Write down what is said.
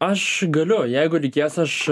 aš galiu jeigu reikės aš